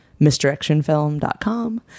misdirectionfilm.com